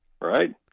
Right